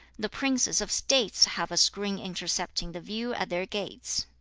the princes of states have a screen intercepting the view at their gates.